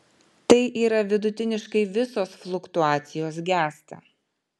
tai yra vidutiniškai visos fluktuacijos gęsta